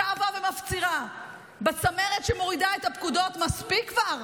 שבה ומפצירה בצמרת שמורידה את הפקודות: מספיק כבר.